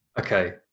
Okay